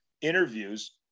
interviews